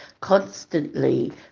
constantly